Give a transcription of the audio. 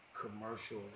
Commercial